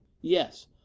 Yes